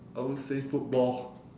I would say football